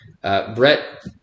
Brett